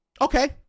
okay